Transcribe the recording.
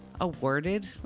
awarded